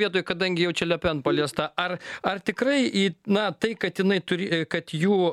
vietoj kadangi jau čia le pen paliesta ar ar tikrai į na tai kad jinai turi kad jų